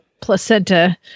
placenta